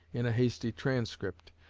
in a hasty transcript,